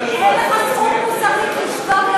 אין לך זכות מוסרית לשתוק.